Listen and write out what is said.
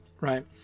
right